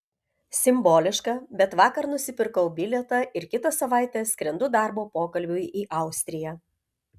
simboliška bet vakar nusipirkau bilietą ir kitą savaitę skrendu darbo pokalbiui į austriją